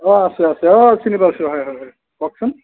অ' আছে আছে অ' চিনি পাইছোঁ হয় হয় হয় কওকচোন